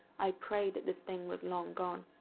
i prayed that this thing was long gone.